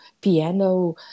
piano